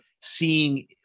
seeing